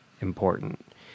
important